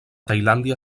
tailàndia